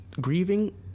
grieving